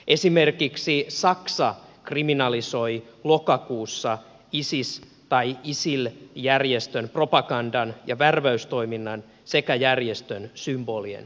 esimerkiksi saksa kriminalisoi lokakuussa isis tai isil järjestön propagandan ja värväystoiminnan sekä järjestön symbolien esittämisen